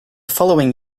following